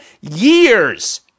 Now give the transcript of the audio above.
years